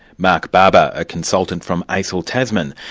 mark but a consultant from acil tasman,